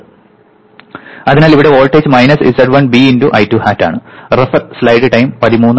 അതിനാൽ ഇവിടെ voltage minus z1B × I2 hat ആണ്